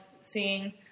seeing